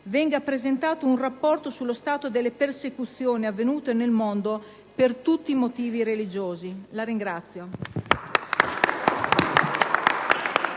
annualmente un rapporto sullo stato delle persecuzioni avvenute nel mondo per tutti i motivi religiosi. *(Applausi